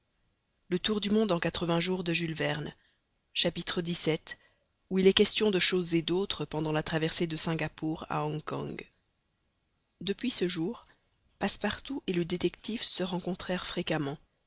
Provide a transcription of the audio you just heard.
xvii où il est question de choses et d'autres pendant la traversée de singapore a hong kong depuis ce jour passepartout et le détective se rencontrèrent fréquemment